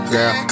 Girl